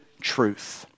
truth